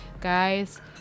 Guys